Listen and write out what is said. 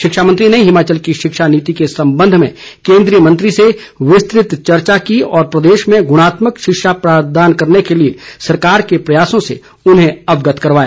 शिक्षामंत्री ने हिमाचल की शिक्षा नीति के संबंध में केन्द्रीय मंत्री से विस्तृत चर्चा की और प्रदेश में गुणात्मक शिक्षा प्रदान करने के लिए सरकार के प्रयासों से उन्हें अवगत कराया